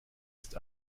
ist